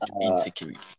insecurity